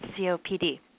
COPD